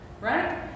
right